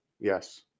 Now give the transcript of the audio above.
Yes